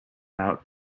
out